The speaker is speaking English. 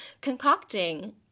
concocting